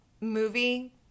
movie